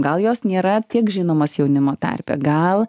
gal jos nėra tiek žinomos jaunimo tarpe gal